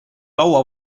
laua